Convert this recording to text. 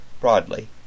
broadly